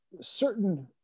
certain